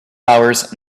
hours